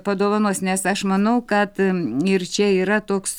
padovanos nes aš manau kad ir čia yra toks